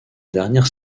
dernière